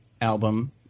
album